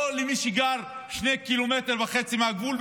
לא למי שגר 2.5 קילומטר מהגבול,